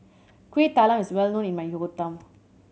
Kueh Talam is well known in my hometown